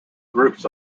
groups